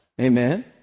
Amen